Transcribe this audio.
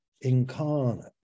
incarnate